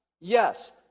Yes